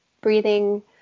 breathing